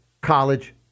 college